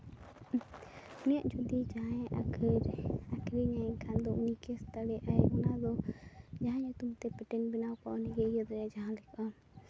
ᱩᱱᱤᱭᱟᱜ ᱡᱩᱫᱤ ᱡᱟᱦᱟᱸᱭᱟᱜ ᱟᱹᱠᱷᱨᱤᱧᱟᱭ ᱮᱱᱠᱷᱟᱱ ᱫᱚ ᱩᱱᱤ ᱠᱮᱥ ᱫᱟᱲᱮᱭᱟᱜ ᱟᱭ ᱚᱱᱟᱫᱚ ᱡᱟᱦᱟᱸ ᱧᱩᱛᱩᱢ ᱛᱮ ᱯᱮᱴᱤᱭᱮᱢ ᱵᱮᱱᱟᱣ ᱠᱚᱜᱼᱟ ᱩᱱᱤ ᱜᱮ ᱡᱟᱦᱟᱸ ᱞᱮᱠᱟ